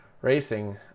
Racing